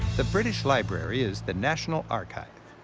the british library is the national archive.